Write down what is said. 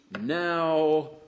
now